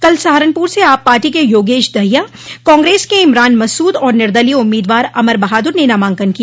कल सहारनपुर से आप पार्टी के योगेश दहिया कांग्रेस के इमरान मसूद और निर्दलीय उम्मीदवार अमर बहादुर न नामांकन किया